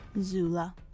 Zula